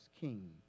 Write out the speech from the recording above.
king